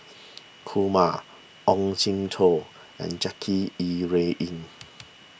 Kumar Ong Jin Teong and Jackie Yi Ru Ying